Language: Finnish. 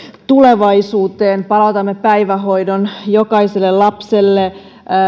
tulevaisuuteen palautamme päivähoidon jokaiselle lapselle